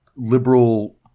liberal